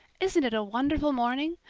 isn't it a wonderful morning?